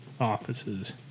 offices